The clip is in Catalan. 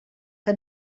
que